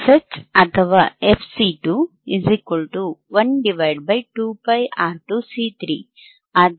ಆದ್ದರಿಂದ C2 0